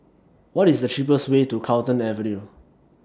What IS The cheapest Way to Carlton Avenue